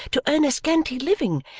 to earn a scanty living,